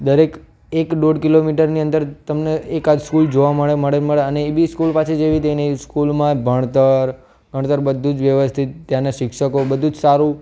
દરેક એક દોઢ કિલોમીટરની અંદર તમને એકાદ સ્કૂલ જોવા મળે મળે મળે અને એ બી સ્કૂલ પાછી જેવી તેવી નહીં એ સ્કૂલમાં ભણતર ભણતર બધું જ વ્યવસ્થિત ત્યાંના શિક્ષકો બધું જ સારું